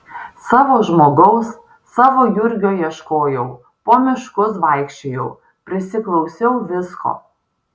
savo žmogaus savo jurgio ieškojau po miškus vaikščiojau prisiklausiau visko